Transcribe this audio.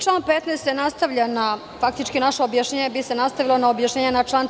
Član 15. se nastavlja faktički, naše objašnjenje bi se nastavilo na objašnjenje na član 14.